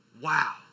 Wow